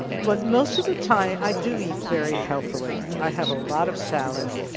but most of the time i do eat very healthily. i have a lot of salads,